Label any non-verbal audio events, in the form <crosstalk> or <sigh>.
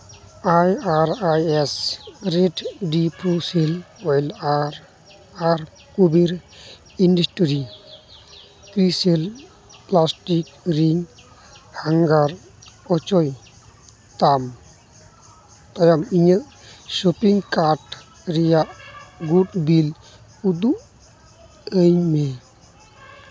I R I S reed diffuser oil ᱟᱨ Kuber industries <unintelligible> plastic ring ᱦᱮᱝᱜᱟᱨ ᱚᱪᱚᱜ ᱛᱟᱢ ᱟᱢ ᱤᱧᱟᱹᱜ ᱥᱚᱯᱤᱝ ᱠᱟᱨᱰ ᱨᱮᱭᱟᱜ ᱜᱩᱴ ᱵᱤᱞ ᱩᱫᱩᱜ ᱟᱹᱧ ᱢᱮ